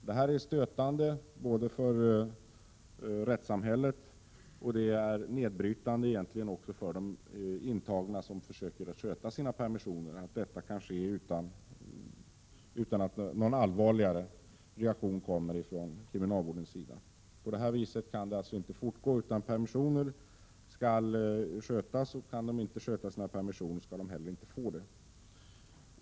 Det är både stötande för rättssamhället och nedbrytande för intagna som försöker sköta sina permissioner att sådant här kan ske utan någon allvarlig reaktion från kriminalvårdens sida. Så kan det alltså inte fortgå, utan permissioner skall skötas. Kan de intagna inte sköta sina permissioner, skall de inte heller få sådana.